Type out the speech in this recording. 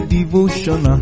Devotion